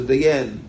again